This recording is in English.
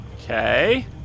Okay